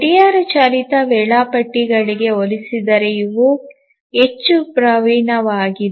ಗಡಿಯಾರ ಚಾಲಿತ ವೇಳಾಪಟ್ಟಿಗಳಿಗೆ ಹೋಲಿಸಿದರೆ ಇವು ಹೆಚ್ಚು ಪ್ರವೀಣವಾಗಿವೆ